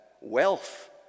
wealth